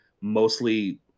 mostly